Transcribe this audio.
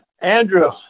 Andrew